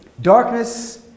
darkness